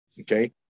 okay